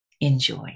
Enjoy